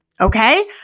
Okay